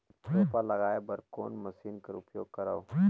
रोपा लगाय बर कोन मशीन कर उपयोग करव?